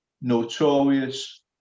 notorious